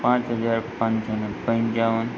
પાંચ હજાર પાંચસો ને પંચાવન